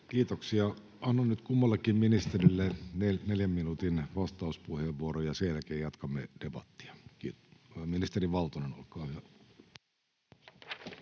Kiitoksia. — Annan nyt kummallekin ministerille neljän minuutin vastauspuheenvuoron, ja sen jälkeen jatkamme debattia. — Ministeri Valtonen, olkaa hyvä.